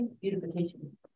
beautification